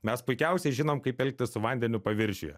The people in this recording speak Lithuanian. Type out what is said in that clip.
mes puikiausiai žinom kaip elgtis su vandeniu paviršiuje